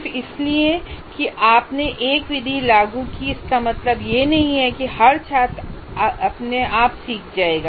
सिर्फ इसलिए कि आपने एक विधि लागू की इसका मतलब यह नहीं है कि हर छात्र अपने आप सीख जाएगा